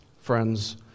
friends